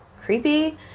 creepy